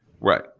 right